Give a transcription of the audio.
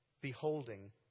beholding